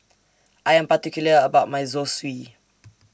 I Am particular about My Zosui